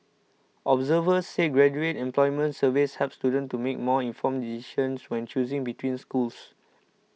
observers said graduate employment surveys help students to make more informed decisions when choosing between schools